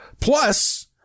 Plus